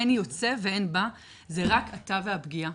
אין יוצא ואין בא, זה רק אתה והפגיעה.